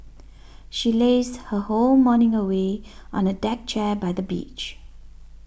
she lazed her whole morning away on a deck chair by the beach